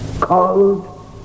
called